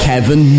Kevin